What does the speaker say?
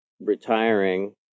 retiring